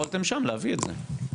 יכולתם שם להביא את זה.